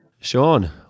Sean